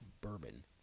Bourbon